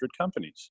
companies